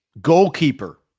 goalkeeper